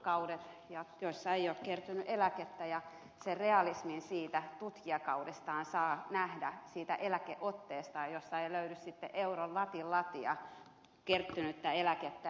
työssä ei ole kertynyt eläkettä ja sen realismin siitä tutkijakaudestaan saa nähdä siitä eläkeotteesta josta ei löydy sitten euron latin latia kertynyttä eläkettä